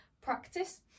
practice